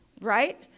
Right